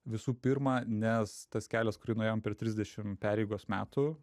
visų pirma nes tas kelias kurį nuėjom per trisdešim pereigos metų